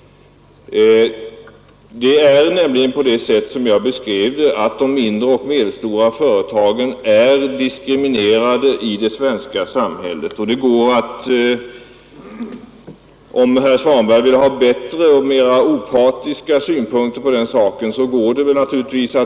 Som jag tidigare beskrev det är nämligen de mindre och medelstora företagen diskriminerade i det svenska samhället. Om herr Svanberg vill ha bättre och mer opartiska synpunkter på den saken kan han naturligtvis